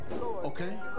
okay